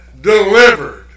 delivered